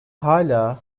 hala